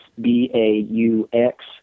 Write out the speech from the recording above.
B-A-U-X